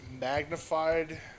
magnified